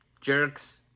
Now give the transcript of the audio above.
jerks